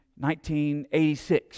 1986